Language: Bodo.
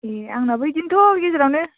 ए आंनाबो बिदिनोथ' गेजेरावनो